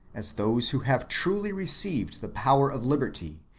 as those who have truly received the power of liberty,